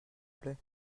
plait